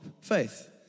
faith